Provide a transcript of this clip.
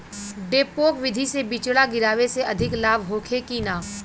डेपोक विधि से बिचड़ा गिरावे से अधिक लाभ होखे की न?